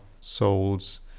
souls